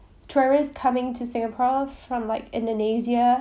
tourists coming to singapore from like indonesia